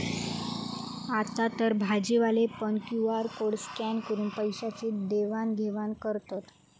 आतातर भाजीवाले पण क्यु.आर कोड स्कॅन करून पैशाची देवाण घेवाण करतत